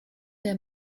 der